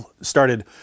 started